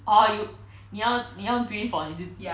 orh you 你要你要 green for 你自己